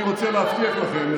אני רוצה להבטיח לכם,